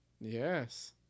Yes